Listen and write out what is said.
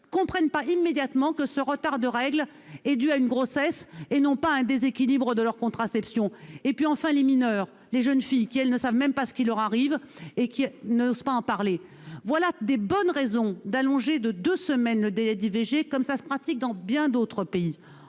sont enceintes et que leur retard de règles est le signe d'une grossesse, et non un déséquilibre de leur contraception. Enfin, les mineures, les jeunes filles, elles, ne savent même pas ce qui leur arrive et n'osent pas en parler. Voilà de bonnes raisons d'allonger de deux semaines le délai d'IVG, comme cela se pratique dans bien d'autres pays.